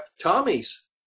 Tommy's